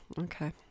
okay